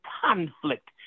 conflict